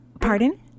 Pardon